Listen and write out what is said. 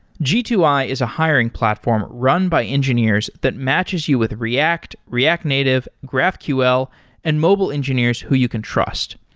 g two i is a hiring platform run by engineers that matches you with react, react native, graphql and mobile engineers who you can trust.